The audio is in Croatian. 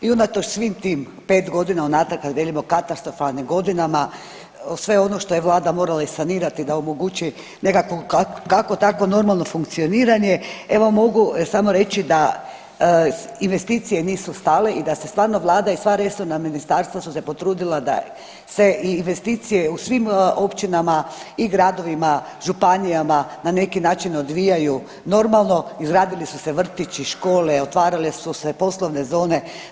I unatoč svim tim pet godina unatrag kad velimo katastrofalnim godinama, sve ono što je vlada morala i sanirati da omogući nekakvu kakvo takvo normalno funkcioniranje, evo mogu samo reći da investicije nisu stale i da se stvarno vlada i sva resorna ministarstva su se potrudila da se investicije u svim općinama i gradovima, županijama na neki način odvijaju normalno, izgradili su se vrtići, škole, otvarale su se poslovne zone.